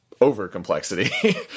over-complexity